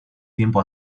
tiempo